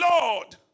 Lord